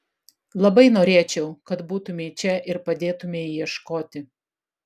labai norėčiau kad būtumei čia ir padėtumei ieškoti